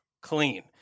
clean